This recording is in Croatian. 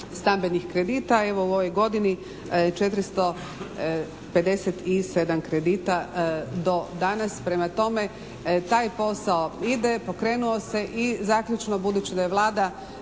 stambenih kredita. Evo u ovoj godini 457 kredita do danas. Prema tome, taj posao ide. Pokrenuo se i zaključno budući da je Vlada